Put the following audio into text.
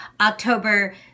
October